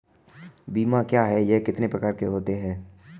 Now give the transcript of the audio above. बीमा क्या है यह कितने प्रकार के होते हैं?